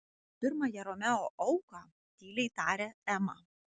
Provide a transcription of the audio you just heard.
pirmąją romeo auką tyliai tarė ema